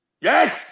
Yes